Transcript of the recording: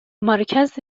مرکز